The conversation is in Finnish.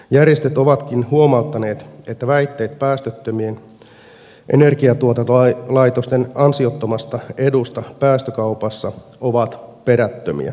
järjestöt ovatkin huomauttaneet että väitteet päästöttömien energiatuotantolaitosten ansiottomasta edusta päästökaupassa ovat perättömiä